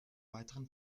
weiteren